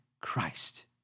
Christ